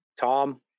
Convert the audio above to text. Tom